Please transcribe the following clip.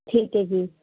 ਠੀਕ ਹੈ ਜੀ